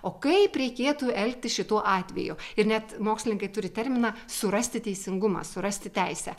o kaip reikėtų elgtis šituo atveju ir net mokslininkai turi terminą surasti teisingumą surasti teisę